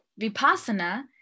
Vipassana